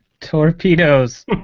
Torpedoes